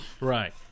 right